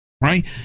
right